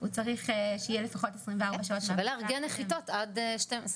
מי שהצליח לקום ולהגיד ולהיראות כאילו לא עבר לילה במליאה.